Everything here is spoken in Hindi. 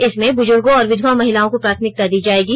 इसमें बुजुर्गों और विधवा महिलाओं को प्राथमिकता दी जाएगी